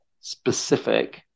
specific